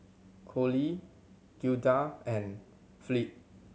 Cole Gilda and Fleet